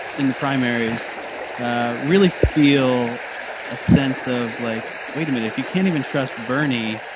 in the primaries really feel a sense of like, wait a minute, if you can't even trust bernie,